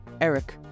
Eric